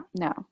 no